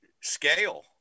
scale